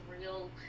real